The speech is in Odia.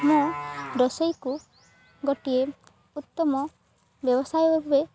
ମୁଁ ରୋଷେଇକୁ ଗୋଟିଏ ଉତ୍ତମ ବ୍ୟବସାୟ ଭାବେ